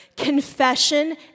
Confession